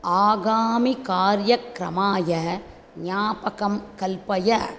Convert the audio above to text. आगामिकार्यक्रमाय ज्ञापकं कल्पय